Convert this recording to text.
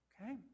okay